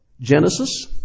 Genesis